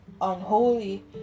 unholy